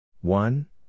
One